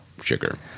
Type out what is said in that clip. sugar